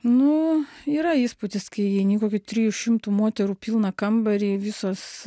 nu yra įspūdis kai įeini į kokių trijų šimtų moterų pilną kambarį visos